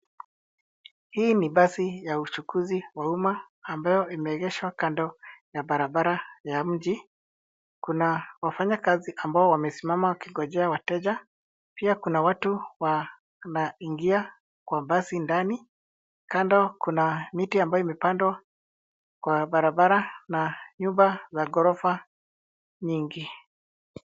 Hii ni basi ya uchukuzi wa umma ambayo imeegeshwa kando ya barabara ya mji. Kuna wafanyakazi ambao wamesimama wakingojea wateja. Pia kuna watu wanaingia kwa basi ndani. Kando kuna miti ambayo imepandwa kwa barabara na nyumba za gorofa nyingi.